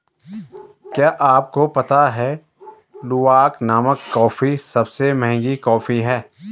क्या आपको पता है लूवाक नामक कॉफ़ी सबसे महंगी कॉफ़ी है?